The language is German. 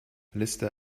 liste